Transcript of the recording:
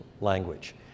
language